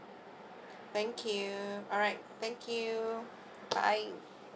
thank you alright thank you bye